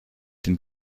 dem